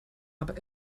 aber